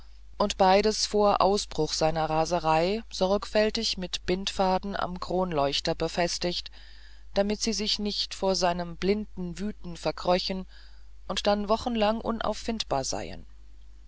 und beides vor ausbruch seiner raserei sorgfältig mit bindfaden am kronleuchter befestigt damit sie sich nicht vor seinem blinden wüten verkröchen und dann wochenlang unauffindbar seien